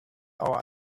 our